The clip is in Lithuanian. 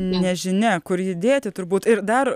nežinia kur judėti turbūt ir dar